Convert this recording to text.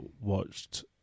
watched